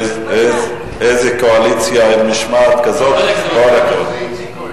איזה קואליציה, עם משמעת כזאת, כל הכבוד.